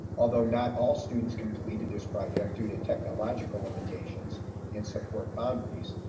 although not all students completed this project due to technological limitations in support boundaries,